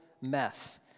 mess